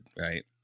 right